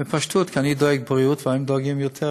בפשטות, כי אני דואג לבריאות, והם דואגים יותר